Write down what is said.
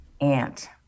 aunt